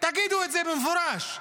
תגידו את זה במפורש.